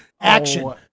action